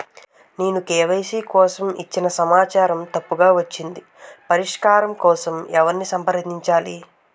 నేను కే.వై.సీ కోసం ఇచ్చిన సమాచారం తప్పుగా వచ్చింది పరిష్కారం కోసం ఎవరిని సంప్రదించాలి?